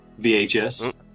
VHS